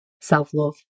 self-love